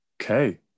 Okay